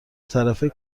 طرفه